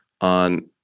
on